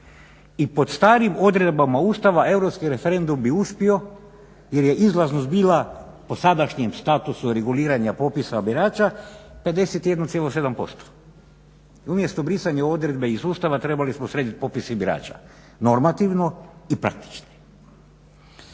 i po starim odredbama Ustava europski referendum bi uspio jer je izlaznost bila po sadašnjem statusu reguliranja popisa birača 51,7%. Umjesto brisanja odredbe iz Ustava trebali smo srediti popis birača, normativno i praktično.